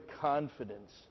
confidence